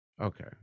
Okay